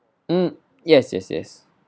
um yes yes yes